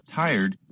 tired